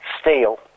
steel